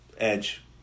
Edge